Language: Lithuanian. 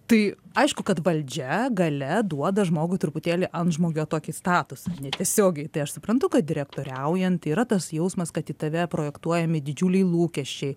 tai aišku kad valdžia galia duoda žmogui truputėlį antžmogio tokį statusą netiesiogiai tai aš suprantu kad direktoriaujant yra tas jausmas kad į tave projektuojami didžiuliai lūkesčiai